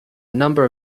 number